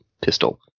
pistol